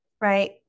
right